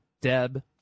Deb